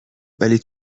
ولی